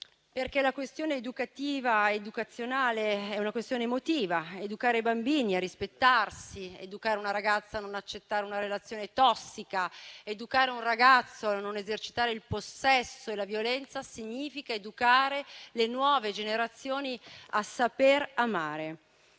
amare. La questione educativa ed educazionale è una questione emotiva; educare i bambini a rispettarsi, educare una ragazza non accettare una relazione tossica, educare un ragazzo a non esercitare il possesso e la violenza significa educare le nuove generazioni a saper amare.